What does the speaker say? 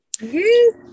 Yes